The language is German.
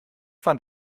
fand